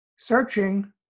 Searching